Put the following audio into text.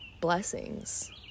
blessings